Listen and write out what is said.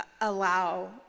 Allow